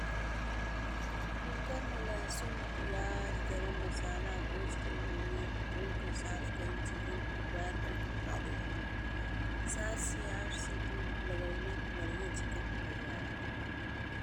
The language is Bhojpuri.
कुकर में लहसुन, पियाज, गरम मसाला बुझ के ओमे धो के साफ कइल चिकन डार के पका दिहल जाला। सात से आठ सीटी लगावल, बढ़िया चिकन तैयार हो जाला।